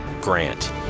GRANT